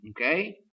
okay